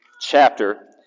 chapter